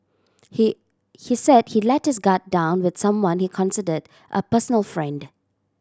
he he said he let his guard down with someone he considered a personal friend